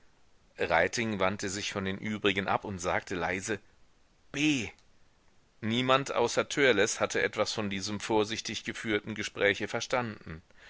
wandte sich von den übrigen ab und sagte leise b niemand außer törleß hatte etwas von diesem vorsichtig geführten gespräche verstanden